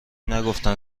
نگفتن